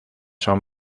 son